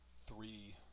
three